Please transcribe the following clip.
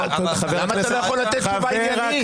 --- למה אתה לא יכול לתת תשובה עניינית?